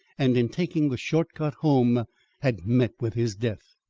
and in taking the short cut home had met with his death.